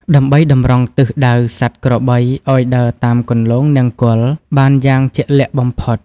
ដើម្បីតម្រង់ទិសដៅសត្វក្របីឱ្យដើរតាមគន្លងនង្គ័លបានយ៉ាងជាក់លាក់បំផុត។